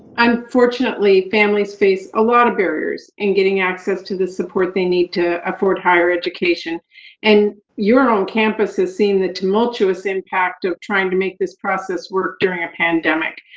unfortunately, families face a lot of barriers in getting access to the support they need to afford higher education and your own campus has seen the tumultuous impact of trying to make this process work during a pandemic.